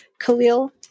Khalil